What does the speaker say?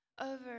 over